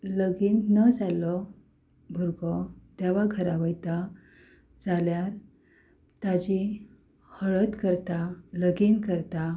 लगीन ना जाल्लो भुरगो देवा घरा वयता जाल्यार ताची हळद करता लगीन करता